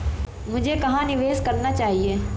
मुझे कहां निवेश करना चाहिए?